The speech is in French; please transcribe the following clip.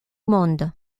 monde